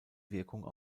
wirkung